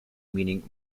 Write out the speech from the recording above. meaning